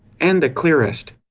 and the clearest.